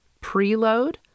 Preload